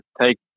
take